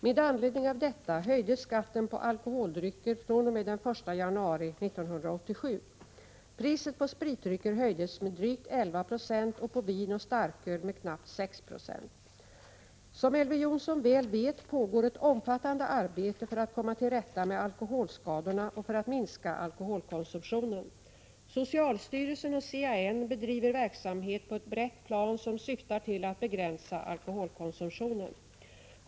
Med anledning av detta höjdes skatten på alkoholdrycker fr.o.m. den 1 januari 1987 . Priset på spritdrycker höjdes med drygt 11 96 och på vin och starköl med knappt 6 9. Som Elver Jonsson väl vet pågår ett omfattande arbete för att komma till rätta med alkoholskadorna och för att minska alkoholkonsumtionen. Socialstyrelsen och CAN bedriver verksamhet på ett brett plan som syftar till att begränsa alkoholkonsumtionen.